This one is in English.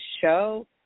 show